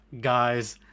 guys